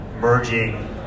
merging